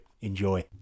enjoy